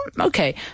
okay